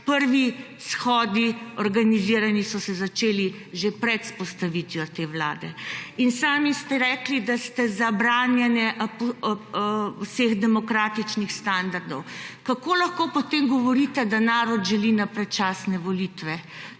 prvi shodi organizirani so se začeli že pred vzpostavitvijo te vlade. In sami ste rekli, da ste za branjenje vseh demokratičnih standardov. Kako lahko potem govorite, da narod želi na predčasne volitve?